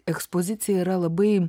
ekspozicija yra labai